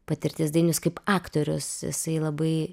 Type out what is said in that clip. patirtis dainius kaip aktorius jisai labai